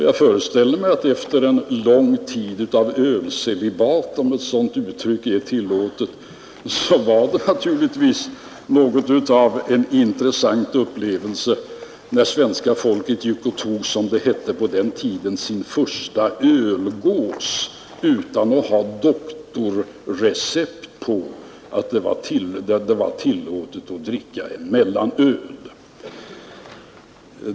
Jag föreställer mig också att det efter en lång tid av ölcelibat — om uttrycket tillåtes — naturligtvis var något av en intressant upplevelse för svenska folket att gå ut och ta, som det hette på den tiden, sin första ölgås utan att behöva ha läkarrecept på att det var tillåtet att dricka en mellanöl.